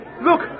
look